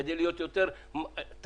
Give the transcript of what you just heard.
כדי להיות יותר תכליתיים,